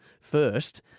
first